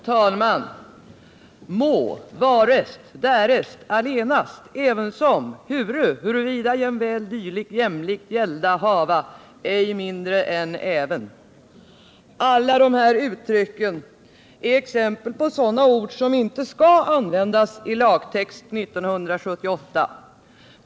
Herr talman! Må, varest, allenast, ävensom, huru, huruvida, jämväl, dylik, jämlikt, gälda, hava, ej mindre —- än även. Alla de här uttrycken är exempel på sådana ord som inte bör användas i lagtext 1978.